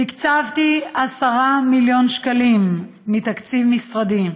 תקצבתי 10 מיליון שקלים מתקציב משרדי.